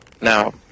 Now